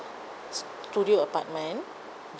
studio apartment